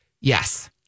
yes